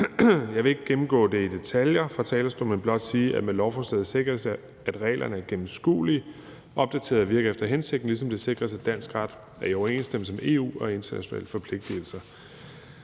Jeg vil ikke gennemgå det i detaljer fra talerstolen, men blot sige, at med lovforslaget sikres det, at reglerne er gennemskuelige, opdaterede og virker efter hensigten, ligesom det sikres, at dansk ret er i overensstemmelse med EU og internationale forpligtigelser.